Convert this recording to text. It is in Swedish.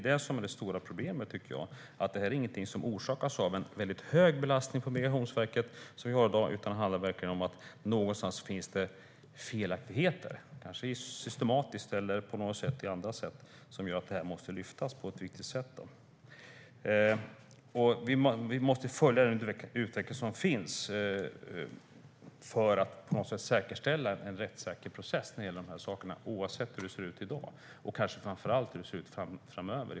Detta är alltså inget som orsakas av dagens höga belastning på Migrationsverket, utan det handlar om att det finns felaktigheter någonstans, antingen systematiskt eller på annat sätt. Vi måste följa den utveckling som sker för att säkerställa en rättssäker process när det gäller de här sakerna, oavsett hur det ser ut i dag eller framöver.